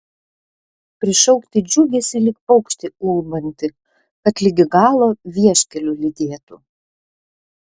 prišaukti džiugesį lyg paukštį ulbantį kad ligi galo vieškeliu lydėtų